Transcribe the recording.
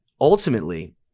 ultimately